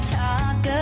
talk